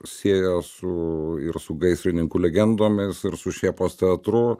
sieja su ir su gaisrininkų legendomis ir su šėpos teatru